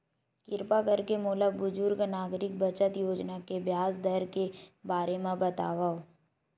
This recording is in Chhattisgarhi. किरपा करके मोला बुजुर्ग नागरिक बचत योजना के ब्याज दर के बारे मा बतावव